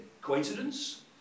Coincidence